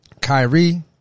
Kyrie